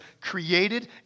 created